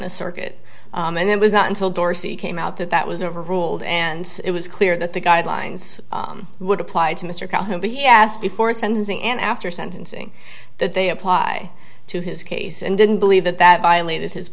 the circuit and it was not until dorsey came out that that was overruled and it was clear that the guidelines would apply to mr calhoun but he asked before sentencing and after sentencing that they apply to his case and didn't believe that that violated his